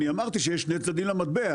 אני אמרתי שיש שני צדדים למטבע,